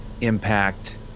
impact